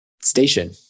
station